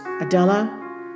Adela